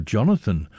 Jonathan